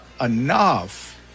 enough